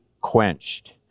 quenched